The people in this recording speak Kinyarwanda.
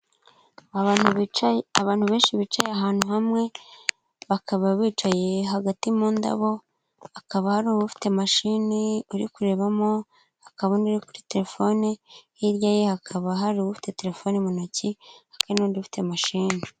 Abantu benshi bicaye ahantu hamwe, bakaba bicaye hagati mu ndabo, hakaba hari ufite mashini uri kurebamo, hakaba n'uri kuri terefoni, hirya ye hakaba hari ufite telefoni mu ntoki, hirya n'undi ufite mashini.